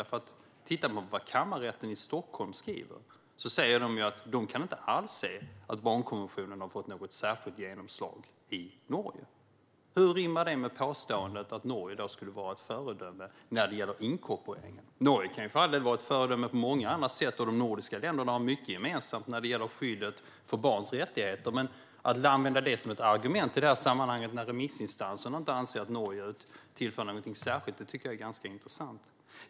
Tittar man på vad Kammarrätten i Stockholm skriver framgår det att de inte alls kan se att barnkonventionen har fått något särskilt genomslag i Norge. Hur rimmar det med påståendet att Norge skulle vara ett föredöme när det gäller inkorporering? Norge kan för all del vara ett föredöme på många andra sätt, och de nordiska länderna har mycket gemensamt när det gäller skyddet för barns rättigheter, men att använda det som ett argument i sammanhanget när remissinstanserna inte anser att Norge tillfört något särskilt är intressant.